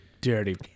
dirty